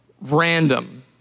random